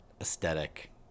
aesthetic